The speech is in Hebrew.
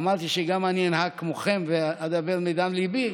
אמרתי שגם אני אנהג כמוכם ואדבר מדם ליבי,